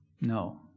No